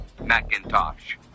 Macintosh